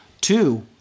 Two